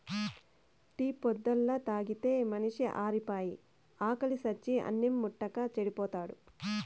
tea పొద్దల్లా తాగితే మనిషి ఆరిపాయి, ఆకిలి సచ్చి అన్నిం ముట్టక చెడిపోతాడు